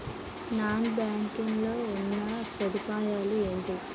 Non banking లో ఉన్నా సదుపాయాలు ఎంటి?